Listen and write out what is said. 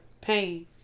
pain